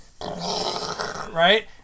Right